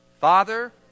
Father